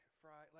fry